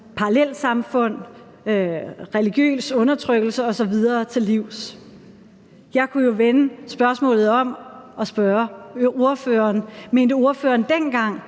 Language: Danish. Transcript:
parallelsamfund, religiøs undertrykkelse osv. til livs. Jeg kunne jo vende spørgsmålet om og spørge ordføreren: Mente ordføreren dengang,